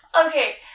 Okay